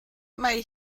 mai